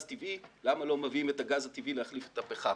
טבעי ולמה לא מביאים את הגז הטבעי להחליף את הפחם.